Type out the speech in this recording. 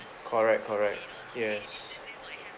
correct correct yes